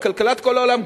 על כלכלת כל העולם,